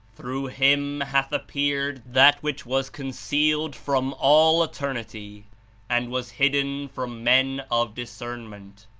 through him hath appeared that which was concealed from all eternity and was hidden from men of discernment.